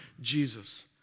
Jesus